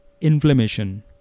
inflammation